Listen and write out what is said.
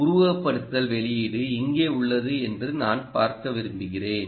உருவகப்படுத்துதல் வெளியீடு இங்கே உள்ளது என்று நான் பார்க்க விரும்புகிறேன்